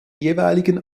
jeweiligen